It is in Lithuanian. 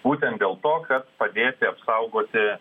būtent dėl to kad padėti apsaugoti